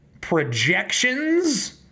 projections